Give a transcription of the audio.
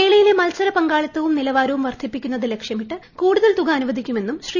മേളയിലെ മത്സരപങ്കാളിത്തവും നിലവാരവും വർദ്ധിപ്പിക്കുന്നത് ലക്ഷ്യമിട്ട് കൂടുതൽ തുക അനുവദിക്കുമെന്നും ശ്രീ